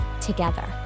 together